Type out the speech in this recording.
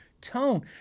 tone